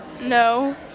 No